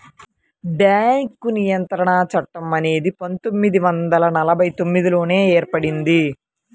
bank నియంత్రణ చట్టం అనేది పందొమ్మిది వందల నలభై తొమ్మిదిలోనే ఏర్పడింది